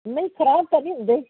ਨਹੀਂ ਖਰਾਬ ਤਾਂ ਨਹੀਂ ਹੁੰਦੇ